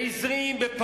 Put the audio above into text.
האדמות של הבדואים.